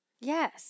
Yes